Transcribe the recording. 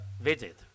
visit